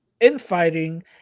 infighting